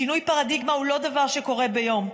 שינוי פרדיגמה הוא לא דבר שקורה ביום,